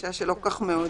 הגישה שלא כל כך מעודדת,